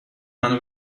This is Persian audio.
منو